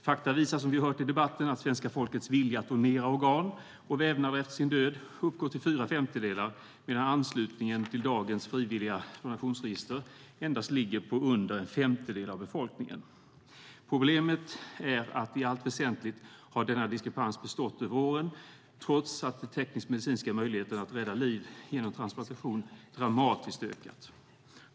Fakta visar, som vi har hört i debatten, att svenska folkets vilja att donera organ och vävnader efter sin död uppgår till fyra femtedelar av befolkningen medan anslutningen till dagens frivilliga donationsregister endast ligger på under en femtedel av befolkningen. Problemet är att i allt väsentligt har denna diskrepans bestått över åren trots att de teknisk-medicinska möjligheterna att rädda liv med hjälp av transplantation dramatiskt ökat.